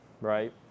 right